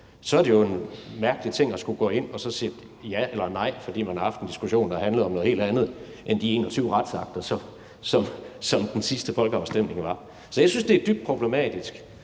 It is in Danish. så er det jo en mærkelig ting at skulle gå ind at sige ja eller nej, når man har haft en diskussion, der handlede om noget helt andet end de 21 retsakter, som den sidste folkeafstemning handlede om. Så jeg synes, det er dybt problematisk,